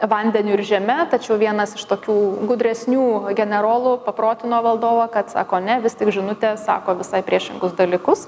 vandeniu ir žeme tačiau vienas iš tokių gudresnių generolų paprotino valdovą kad sako ne vis tik žinutė sako visai priešingus dalykus